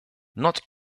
not